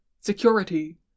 security